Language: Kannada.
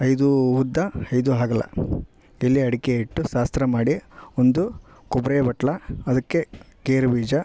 ಐದೂ ಉದ್ದ ಐದು ಅಗಲ ಎಲೆ ಅಡಿಕೆ ಇಟ್ಟು ಶಾಸ್ತ್ರ ಮಾಡಿ ಒಂದು ಕೊಬ್ರಿ ಬಟ್ಲು ಅದಕ್ಕೆ ಗೇರುಬೀಜ